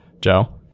Joe